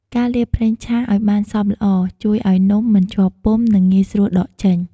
ការលាបប្រេងឆាឱ្យបានសព្វល្អ ជួយឱ្យនំមិនជាប់ពុម្ព និងងាយស្រួលដកចេញ។